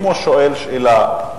אם הוא שואל שאלה,